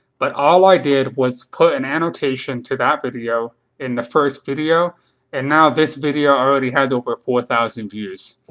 but all i did was put an annotation for that video in the first video and now this video already has over four thousand views.